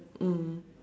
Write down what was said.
mm